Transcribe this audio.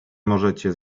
możecie